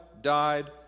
died